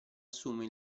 assume